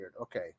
Okay